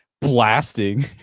blasting